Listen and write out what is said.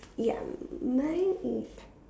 ya mine is